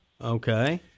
Okay